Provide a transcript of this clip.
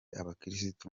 abakirisitu